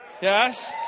Yes